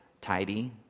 tidy